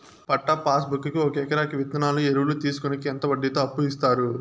పట్టా passbook కి ఒక ఎకరాకి విత్తనాలు, ఎరువులు తీసుకొనేకి ఎంత వడ్డీతో అప్పు ఇస్తారు?